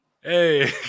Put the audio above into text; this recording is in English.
Hey